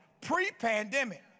pre-pandemic